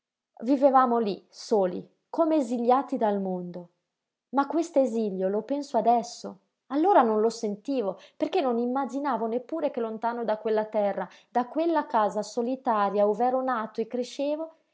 vivevamo lí soli come esiliati dal mondo ma quest'esilio lo penso adesso allora non lo sentivo perché non immaginavo neppure che lontano da quella terra da quella casa solitaria ov'ero nato e crescevo